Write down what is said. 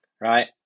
right